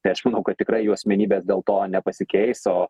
tai aš manau kad tikrai jų asmenybės dėl to nepasikeis o